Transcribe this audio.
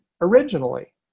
originally